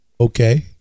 Okay